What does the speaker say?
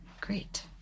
Great